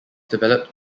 developed